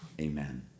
Amen